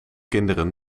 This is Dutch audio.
kinderen